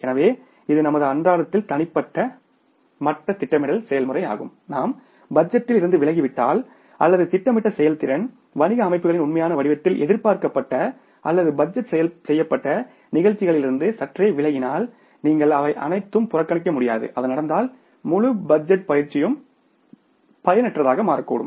எனவே இது நமது அன்றாடத்தில் தனிப்பட்ட மட்ட திட்டமிடல் செயல்முறை ஆகும் நாம் பட்ஜெட்டில் இருந்து விலகிவிட்டால் அல்லது திட்டமிடப்பட்ட செயல்திறன் வணிக அமைப்புகளின் உண்மையான வடிவத்தில் எதிர்பார்க்கப்பட்ட அல்லது பட்ஜெட் செய்யப்பட்ட நிகழ்ச்சிகளிலிருந்து சற்றே விலகினால் நீங்கள் அவை அனைத்தும் புறக்கணிக்க முடியாது அது நடந்தால் முழு பட்ஜெட் பயிற்சியும் பயனற்றதாக மாறக்கூடும்